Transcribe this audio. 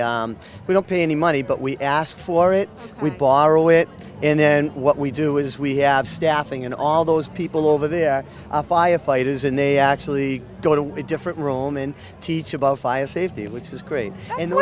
we don't pay any money but we ask for it we borrow it and then what we do is we have staffing and all those people over there firefighters and they actually go to a different role men teach about fire safety which is great